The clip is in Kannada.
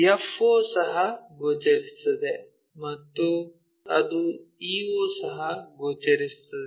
f o ಸಹ ಗೋಚರಿಸುತ್ತದೆ ಮತ್ತು ಅದು e o ಸಹ ಗೋಚರಿಸುತ್ತದೆ